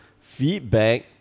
Feedback